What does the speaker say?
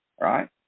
right